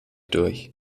durch